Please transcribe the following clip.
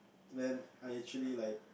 then I actually like